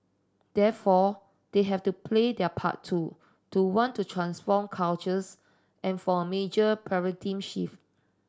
therefore they have to play their part too to want to transform cultures and for a major paradigm shift